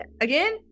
again